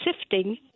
sifting